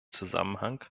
zusammenhang